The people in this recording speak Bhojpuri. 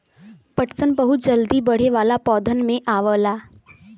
पटसन बहुत जल्दी बढ़े वाला पौधन में आवला